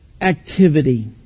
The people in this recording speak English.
activity